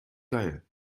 geil